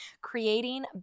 Creating